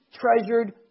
treasured